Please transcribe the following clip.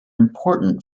important